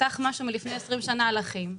פתח משהו מלפני 20 שנה על אחים,